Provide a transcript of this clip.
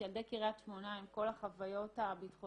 שילדי קריית שמונה עם כל החוויות הביטחוניות